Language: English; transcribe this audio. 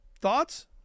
thoughts